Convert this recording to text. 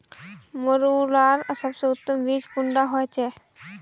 मरुआ लार सबसे उत्तम बीज कुंडा होचए?